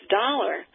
dollar